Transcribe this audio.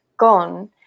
gone